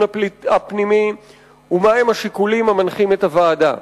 הפנימי ועל השיקולים המנחים את הוועדה.